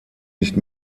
nicht